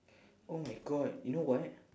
oh my god you know what